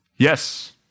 Yes